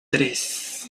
tres